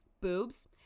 Boobs